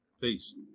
Peace